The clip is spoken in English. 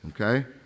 okay